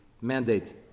mandate